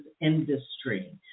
industry